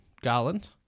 Garland